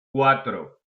cuatro